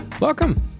Welcome